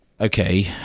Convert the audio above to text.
okay